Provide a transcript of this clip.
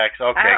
okay